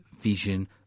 vision